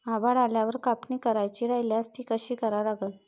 आभाळ आल्यावर कापनी करायची राह्यल्यास ती कशी करा लागन?